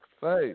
faith